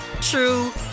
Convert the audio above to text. true